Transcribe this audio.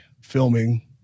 filming